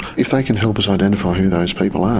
if they can help us identify who those people are,